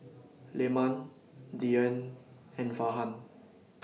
Leman Dian and Farhan